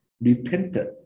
repented